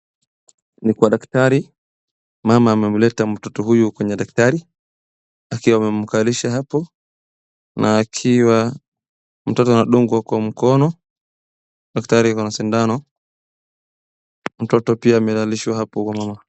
Ni kwa daktari, mama amemleta mtoto huyu kwenye daktari, akiwa amemkalisha hapo na akiwa mtoto anadungwa kwa mkono, daktari akona sindano, mtoto pia amelalishwa hapo unono.